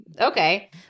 Okay